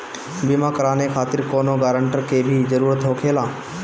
बीमा कराने खातिर कौनो ग्रानटर के भी जरूरत होखे ला?